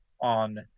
on